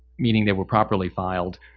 meaning they were properly filed,